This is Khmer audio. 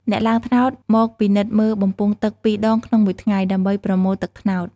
អ្នកឡើងត្នោតមកពិនិត្យមើលបំពង់ទឹកពីរដងក្នុងមួយថ្ងៃ ដើម្បីប្រមូលទឹកត្នោត។